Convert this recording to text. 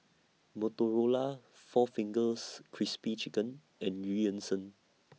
Motorola four Fingers Crispy Chicken and EU Yan Sang